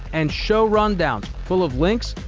and show rundowns, full of links,